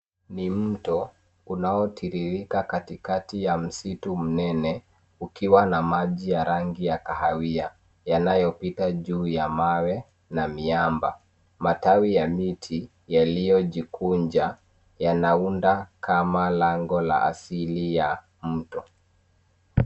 Ni mto unaotiririka katikati ya msitu mnene, ukiwa na maji ya rangi ya kahawia, yanayopita juu ya mawe na miamba. Matawi ya miti yaliyojikunja yanaunda kama lango la asili ya mto.